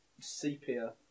sepia